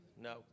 No